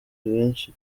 rwinshi